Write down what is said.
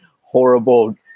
horrible